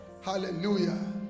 Hallelujah